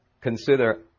consider